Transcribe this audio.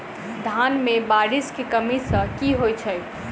धान मे बारिश केँ कमी सँ की होइ छै?